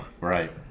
Right